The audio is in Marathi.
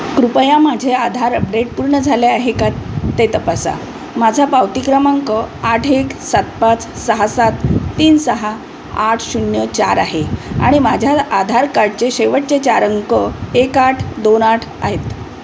कृपया माझे आधार अपडेट पूर्ण झाले आहे का ते तपासा माझा पावती क्रमांक आठ एक सात पाच सहा सात तीन सहा आठ शून्य चार आहे आणि माझ्या आधार कार्डचे शेवटचे चार अंक एक आठ दोन आठ आहेत